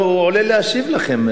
הוא עולה להשיב לכם,